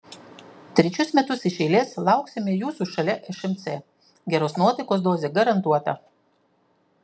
trečius metus iš eiles lauksime jūsų šalia šmc geros nuotaikos dozė garantuota